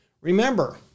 Remember